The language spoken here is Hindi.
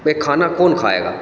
वह खाना कौन खाएगा